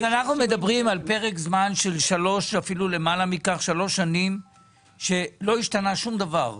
אומרת אנחנו מדברים על פרק זמן של שלוש שנים שלא השתנה שום דבר.